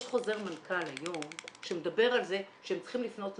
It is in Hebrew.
יש חוזר מנכ"ל היום שמדבר על זה שהם צריכים לפנות למשטרה.